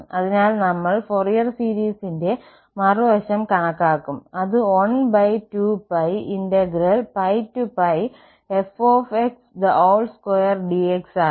അതിനാൽ നമ്മൾ ഫോറിയർ സീരീസിന്റെ മറുവശം കണക്കാക്കും അത് 12π πfx2dx ആണ്